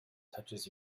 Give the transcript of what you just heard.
touches